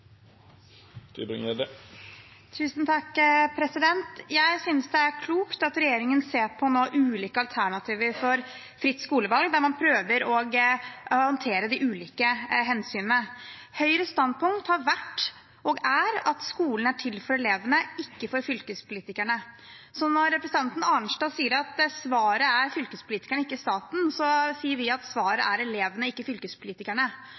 Jeg synes det er klokt at regjeringen nå ser på ulike alternativer for fritt skolevalg, der man prøver å håndtere de ulike hensynene. Høyres standpunkt har vært og er at skolen er til for elevene, ikke for fylkespolitikerne. Så når representanten Arnstad sier at svaret er fylkespolitikerne og ikke staten, sier vi at svaret er elevene og ikke fylkespolitikerne.